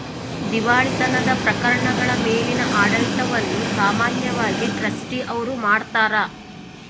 ದಿವಾಳಿತನದ ಪ್ರಕರಣಗಳ ಮೇಲಿನ ಆಡಳಿತವನ್ನು ಸಾಮಾನ್ಯವಾಗಿ ಟ್ರಸ್ಟಿ ಅವ್ರು ಮಾಡ್ತಾರ